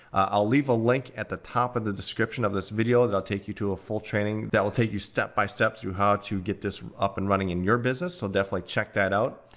i'll leave a link at the top of the description of this video, that will take you to a full training, that will take you step by step through how to get this up and running in your business, so definitely check that out.